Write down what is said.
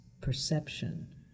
perception